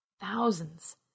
Thousands